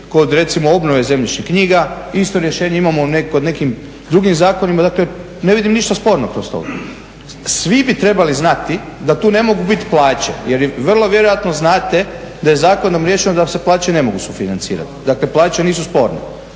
kod recimo obnove zemljišnih knjiga, isto rješenje imamo u nekim drugim zakonima. Dakle, ne vidim ništa sporno kroz to. Svi bi trebali znati da tu ne mogu biti plaće, jer vrlo vjerojatno znate da je zakonom riješeno da se plaće ne mogu sufinancirati, dakle plaće nisu sporne,